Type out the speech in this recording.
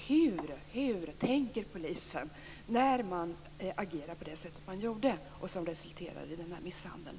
Hur tänker polisen när man agerar på det sätt som man gjorde, något som resulterade i den här misshandeln?